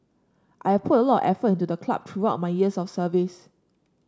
I have put a lot of effort into the club throughout my years of service